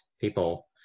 people